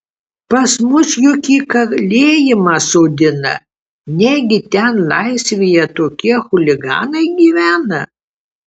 pas mus juk į kalėjimą sodina negi ten laisvėje tokie chuliganai gyvena